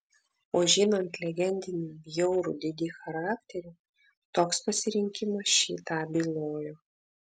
o žinant legendinį bjaurų didi charakterį toks pasirinkimas šį tą bylojo